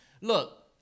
Look